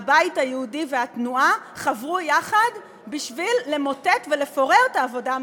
הבית היהודי והתנועה חברו יחד בשביל למוטט ולפורר את העבודה המאורגנת.